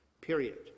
period